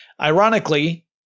Ironically